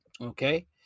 Okay